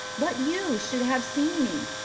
but you should have seen me.